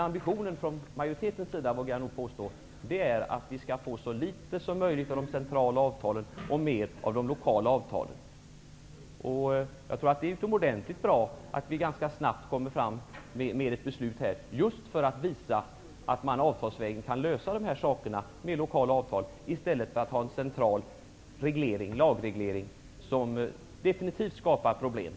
Ambitionen från majoritetens sida är att vi skall få så litet som möjligt av centrala avtal och mer av lokala avtal. Det är utomordentligt bra att vi ganska snabbt kommer fram med ett beslut för att visa att vi avtalsvägen kan lösa dessa saker med lokala avtal i stället för att ha en central lagreglering som definitivt skapar problem.